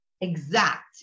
exact